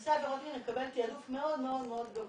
נושא עבירות מין מקבל תעדוף מאוד גבוה.